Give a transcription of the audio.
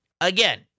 Again